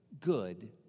good